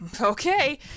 okay